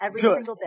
Good